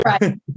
right